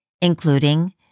including